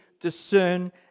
discern